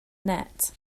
net